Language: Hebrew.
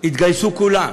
והתגייסו כולם,